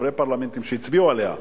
חברי פרלמנטים שהצביעו עליה,